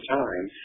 time